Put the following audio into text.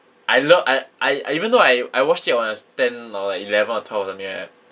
I love I I I even though I I watched it when I was ten or eleven or twelve or something like that